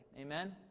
Amen